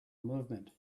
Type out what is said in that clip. movement